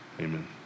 Amen